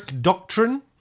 Doctrine